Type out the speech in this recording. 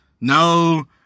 no